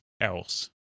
else